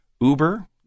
Uber